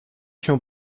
się